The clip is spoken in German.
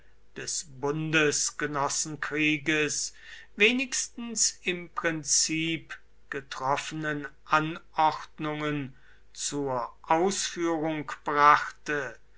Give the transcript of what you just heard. des bundesgenossenkrieges wenigstens im prinzip getroffenen anordnungen zur ausführung brachte